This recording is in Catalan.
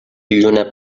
lluna